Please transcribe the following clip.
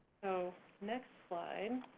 so, next slide.